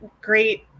great